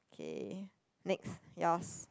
okay next yours